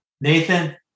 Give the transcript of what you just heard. Nathan